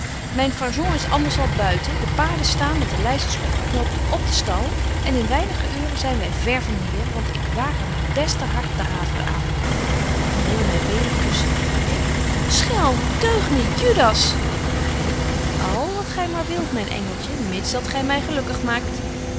myn fargon is anders al buiten de paarden staan met de leisels opgeknoopt op den stal en in weinige uuren zyn wy ver van hier want ik waag er myn besten hartdraver aan hy wilde my weder kusschen ik schelm deugeniet judas hy al wat gy maar wilt myn engeltje mits dat gy my gelukkig maakt